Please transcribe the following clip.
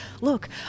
look